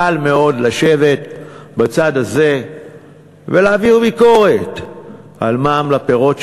קל מאוד לשבת בצד הזה ולהעביר ביקורת על מע"מ על פירות,